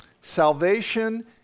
salvation